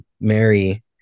mary